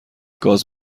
گاز